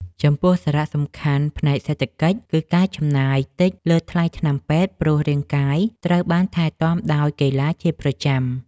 ចំពោះសារៈសំខាន់ផ្នែកសេដ្ឋកិច្ច គឺការចំណាយតិចលើថ្លៃថ្នាំពេទ្យ ព្រោះរាងកាយត្រូវបានថែទាំដោយកីឡាជាប្រចាំ។